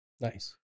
Nice